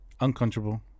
Uncomfortable